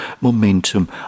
momentum